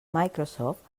microsoft